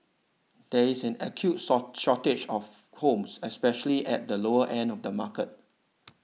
there is an acute shortage of homes especially at the lower end of the market